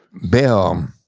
bill, um